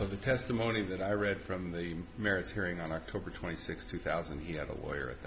of the testimony that i read from the merits hearing on october twenty sixth two thousand he had a lawyer